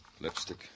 Lipstick